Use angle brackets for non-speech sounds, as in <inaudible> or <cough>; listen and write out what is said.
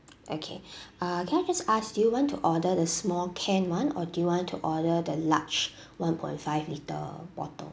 okay <breath> uh can I just ask do you want to order the small can one or do you want to order the large <breath> one point five litre bottle